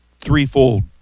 threefold